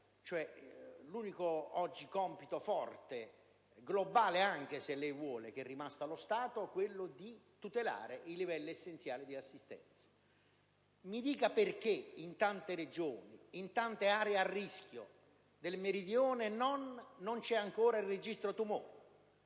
L'unico compito forte e globale, se vuole, rimasto oggi allo Stato è quello di tutelare i livelli essenziali di assistenza. Mi dica perché in tante Regioni e in tante aree a rischio del Meridione non c'è ancora il registro tumori,